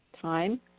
time